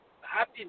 happy